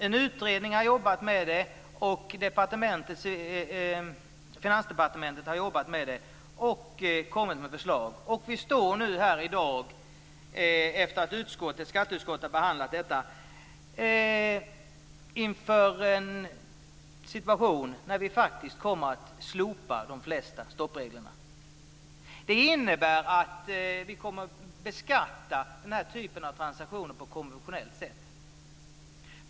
En utredning har jobbat med frågorna, och Finansdepartementet har jobbat med frågorna. Förslag har lagts fram. Vi står nu i dag, efter det att skatteutskottet har behandlat förslagen, inför en situation där de flesta stoppreglerna faktiskt kommer att slopas. Detta innebär att den typen av transaktioner kommer att beskattas på konventionellt sätt.